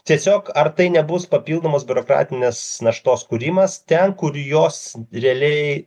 tiesiog ar tai nebus papildomos biurokratinės naštos kūrimas ten kur jos realiai